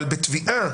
אבל בתביעה